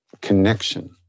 connection